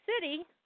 city